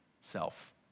self